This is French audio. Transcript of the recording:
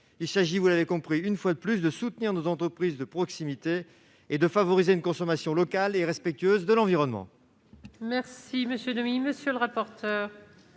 Il s'agit là encore de soutenir nos entreprises de proximité et de favoriser une consommation locale et respectueuse de l'environnement.